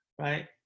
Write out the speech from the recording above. Right